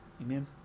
Amen